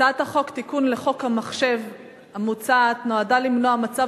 הצעת החוק לתיקון חוק המחשבים המוצעת נועדה למנוע מצב